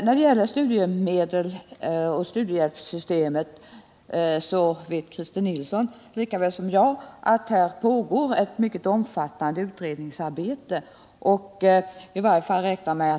När det gäller studiemedel och studiehjälpssystemet vet Christer Nilsson lika väl som jag att det pågår mycket omfattande utredningsarbete.